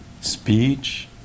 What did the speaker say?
speech